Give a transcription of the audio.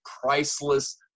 priceless